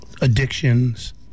addictions